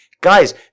Guys